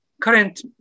current